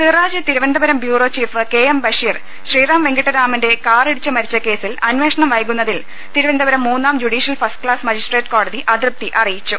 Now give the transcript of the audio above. Siraj Thiruvananthapuram bureau chief K M Basheer Sriram വെങ്കിട്ടരാമന്റെ കാറിടിച്ച് മരിച്ച കേസിൽ അന്വേഷണം വൈകുന്നതിൽ ്തിരുവനന്തപുരം മൂന്നാം ജുഡീഷ്യൽ ഫസ്റ്റ്ക്കാസ് മജിസ്ട്രേറ്റ് കോടതി അതൃപ്തി അറിയിച്ചു